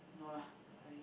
no lah I